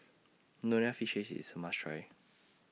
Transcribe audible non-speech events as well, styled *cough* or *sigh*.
Nonya Fish Head IS A must Try *noise*